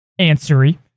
answery